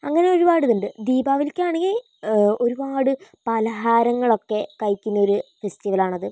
അങ്ങനെ ഒരുപാടിതുണ്ട് ദീപാവലിക്കാണെങ്കിൽ ഒരുപാട് പലഹാരങ്ങളൊക്കെ കഴിക്കുന്നൊരു ഫെസ്റ്റിവലാണത്